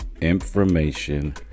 Information